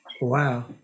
wow